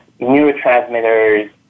neurotransmitters